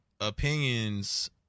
opinions